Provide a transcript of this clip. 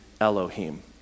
Elohim